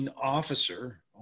officer